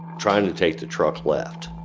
trying to take the truck left.